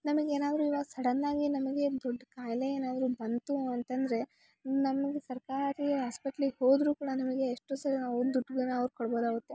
ನಮಗೆ ಏನಾದರು ಇವಾಗ ಸಡನ್ನಾಗಿ ನಮಗೆ ದೊಡ್ಡ ಕಾಯಿಲೆ ಏನಾದರು ಬಂತು ಅಂತಂದರೆ ನಮ್ಗೆ ಸರ್ಕಾರಿ ಹಾಸ್ಪೆಟ್ಲಿಗೆ ಹೋದರೂ ಕೂಡ ನಮಗೆ ಎಷ್ಟೋ ಸಲ ನಾವು